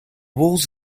walls